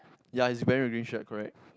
ya he's wearing a green shirt correct